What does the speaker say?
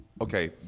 Okay